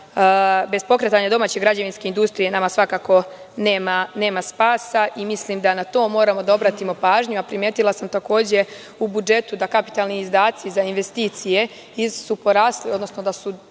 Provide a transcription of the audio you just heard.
bez pokretanja domaće građevinske industrije, nama svakako nema spasa i mislim da na to moramo da obratimo pažnju, a primetila sam takođe u budžetu da kapitalni izdaci za investicije, veći su u odnosu na 2013.